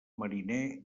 mariner